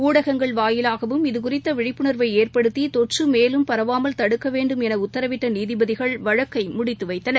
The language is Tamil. ஊடகங்கள் வாயிலாகவும் இது குறித்தவிழிப்புணர்வைஏற்படுத்திதொற்றுமேலும் பரவாமல் தடுக்கவேண்டும் எனஉத்தரவிட்டநீதிபதிகள் வழக்கைமுடித்துவைத்தனர்